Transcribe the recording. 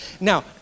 Now